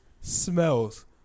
smells